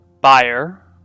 buyer